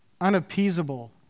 unappeasable